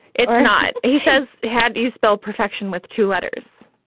it's not. he says, had you spell perfection with two letters,